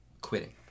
quitting